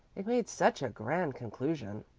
it made such a grand conclusion!